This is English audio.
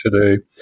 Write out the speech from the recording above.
today